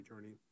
journey